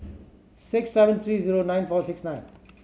six seven three zero nine four six nine